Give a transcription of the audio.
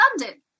London